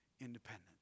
independent